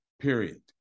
period